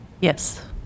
yes